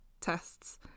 tests